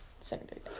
Secondary